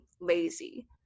lazy